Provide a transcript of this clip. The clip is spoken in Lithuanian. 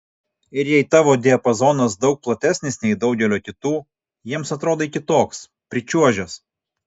ir jei tavo diapazonas daug platesnis nei daugelio kitų jiems atrodai kitoks pričiuožęs